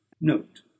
note